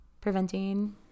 preventing